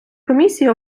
комісії